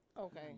Okay